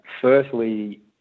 firstly